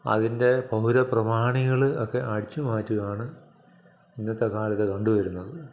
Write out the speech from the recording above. അതിൻ്റെ പൗരപ്രമാണികൾ ഒക്കെ അടിച്ചു മാറ്റുകയാണ് ഇന്നത്തെക്കാലത്ത് കണ്ടുവരുന്നത്